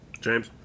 James